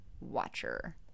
Watcher